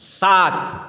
सात